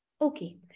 Okay